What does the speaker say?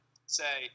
Say